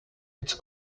its